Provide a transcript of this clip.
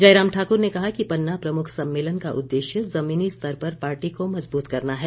जयराम ठाकुर ने कहा कि पन्ना प्रमुख सम्मेलन का उद्देश्य जमीनी स्तर पर पार्टी को मजबूत करना है